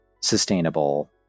sustainable